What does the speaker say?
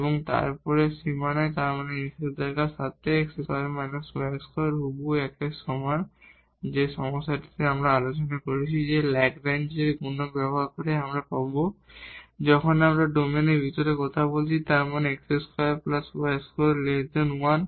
এবং তারপর বাউন্ডারিয় তার মানে নিষেধাজ্ঞার সাথে x2 − y2 হুবহু 1 এর সমান এবং যে সমস্যাটি আমরা আলোচনা করেছি যে ল্যাগরেঞ্জ মাল্টিপ্লায়ারLagrange's multiplier ব্যবহার করে আমরা পাব যখন আমরা এই ডোমেনের ভিতরে কথা বলছি তার মানে এই x2 y2 1